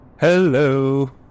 Hello